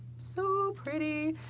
so pretty.